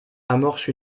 amorce